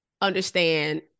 understand